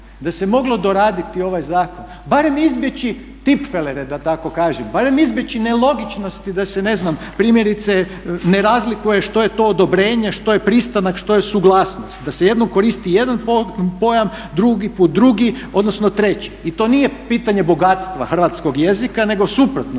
da se moglo doraditi ovaj zakon barem izbjeći tipfelere da tako kažem, barem izbjeći nelogičnosti da se ne znam primjerice ne razlikuje što je to odobrenje, što je pristanak, što je suglasnost. Da se jednom koristi jedan pojam, drugi put drugi, odnosno treći. I to nije pitanje bogatstva hrvatskog jezika nego suprotno